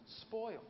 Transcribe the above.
spoil